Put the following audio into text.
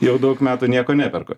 jau daug metų nieko neperku